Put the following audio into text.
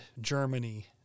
Germany